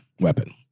weapon